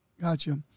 Gotcha